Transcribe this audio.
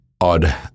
odd